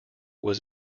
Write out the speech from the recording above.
was